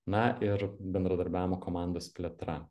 na ir bendradarbiavimo komandos plėtra